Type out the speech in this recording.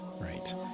Right